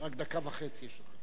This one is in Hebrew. עוד דקה וחצי יש לך.